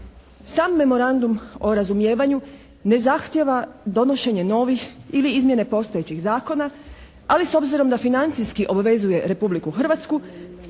Sam memorandum o razumijevanju ne zahtijeva donošenje novih ili izmjene postojećih zakona. Ali s obzirom da financijski obvezuje Republiku Hrvatsku